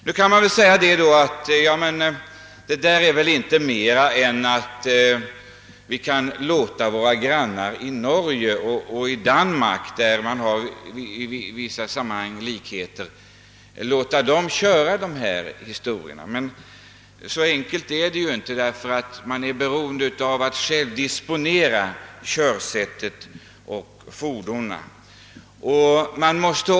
Nu kan det sägas att vi kan låta våra grannar i Norge och Danmark, där man i vissa sammanhang har likheter, köra dessa laster. Men så enkelt är det inte, ty man är beroende av att själv disponera körsätt och fordon.